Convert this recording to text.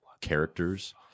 characters